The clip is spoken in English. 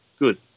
Good